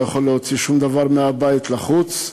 לא יכול להוציא שום דבר מהבית לחוץ.